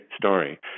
story